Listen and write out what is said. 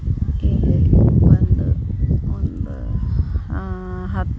ಇಲ್ಲಿ ಬಂದು ಒಂದು ಹತ್ತು